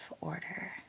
order